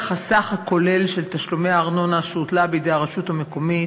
הסך הכולל של תשלומי הארנונה שהוטלה בידי הרשות המקומית,